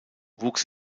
wuchs